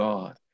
God